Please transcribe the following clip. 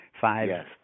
five